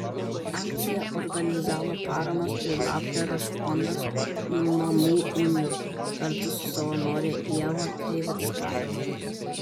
akciją organizavo paramos ir labdaros fondas mamų unija kartu su savanore ieva krivickaite